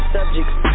subjects